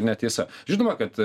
netiesa žinoma kad